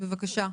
בבקשה,